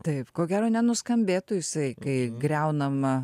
taip ko gero nenuskambėtų jisai kai griaunama